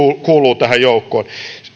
kuuluvat tähän joukkoon